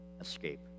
escape